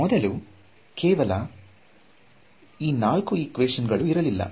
ಮೊದಲು ಕೇವಲ ಈ ನಾಲ್ಕು ಈಕ್ವೇಶನ್ ಗಳು ಇರಲಿಲ್ಲ